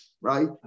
right